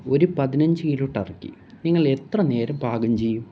ഒരു പതിനഞ്ചു kilo turkey നിങ്ങൾ എത്ര നേരം പാകം ചെയ്യും